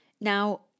Now